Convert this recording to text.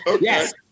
Yes